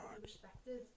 respected